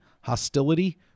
hostility